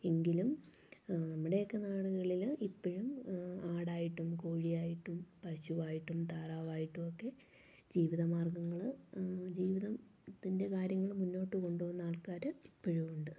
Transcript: എങ്കിലും നമ്മുടെയൊക്കെ നാടുകളിൽ ഇപ്പോഴും ആടായിട്ടും കോഴിയായിട്ടും പശുവായിട്ടും താറാവായിട്ടും ഒക്കെ ജീവിതമാർഗങ്ങൾ ജീവിതത്തിൻ്റെ കാര്യങ്ങൾ മുന്നോട്ട് കൊണ്ടു പോകുന്ന ആൾക്കാർ ഇപ്പോഴും ഉണ്ട്